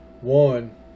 one